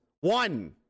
One